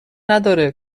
نداره